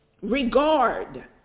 regard